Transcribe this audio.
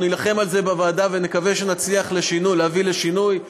אנחנו נילחם על זה בוועדה ונקווה שנצליח להביא לשינוי.